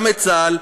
גם את צה"ל.